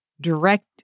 direct